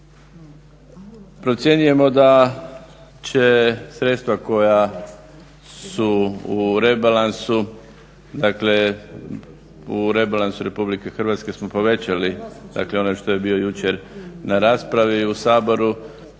Procjenjujemo da će sredstva koja su u rebalansu, dakle u rebalansu RH smo povećali dakle onaj što je bio jučer na raspravi u Saboru,